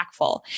impactful